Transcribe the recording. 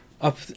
up